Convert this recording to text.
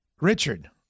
Richard